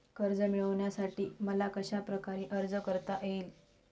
कर्ज मिळविण्यासाठी मला कशाप्रकारे अर्ज करता येईल?